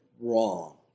wrong